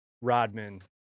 Rodman